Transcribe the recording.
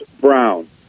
Brown